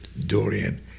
dorian